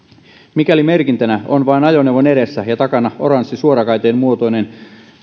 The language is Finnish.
mikäli merkintänä on vain ajoneuvon edessä ja takana oranssi suorakaiteenmuotoinen